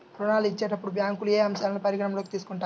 ఋణాలు ఇచ్చేటప్పుడు బ్యాంకులు ఏ అంశాలను పరిగణలోకి తీసుకుంటాయి?